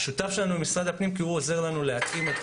השותף שלנו הוא משרד הפנים כי הוא עוזר לנו להקים את